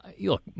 Look